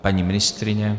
Paní ministryně?